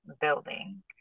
Building